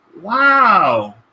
Wow